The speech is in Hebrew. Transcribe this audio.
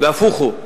נהפוך הוא,